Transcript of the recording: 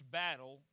battle